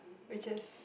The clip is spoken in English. which is